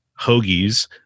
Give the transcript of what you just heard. hoagies